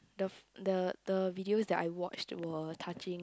the the the videos that I watched were touching